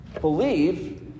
believe